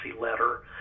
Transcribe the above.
letter